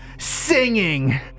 singing